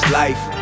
life